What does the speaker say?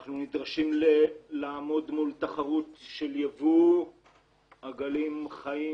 אנחנו נדרשים לעמוד מול תחרות של ייבוא עגלים איכותיים,